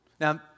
Now